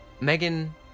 Megan